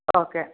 okay